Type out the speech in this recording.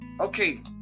okay